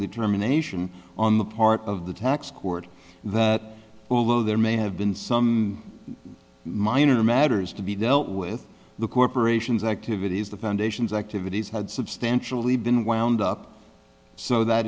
determination on the part of the tax court although may there they have been some minor matters to be dealt with the corporation's activities the foundations activities substantially been wound up so that